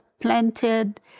planted